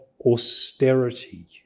austerity